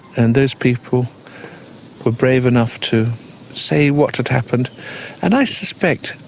and those people were brave enough to say what had happened and i suspect,